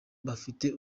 bafite